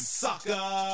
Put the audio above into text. sucker